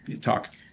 talk